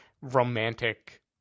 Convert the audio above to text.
romantic